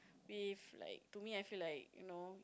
with like to me I feel like you know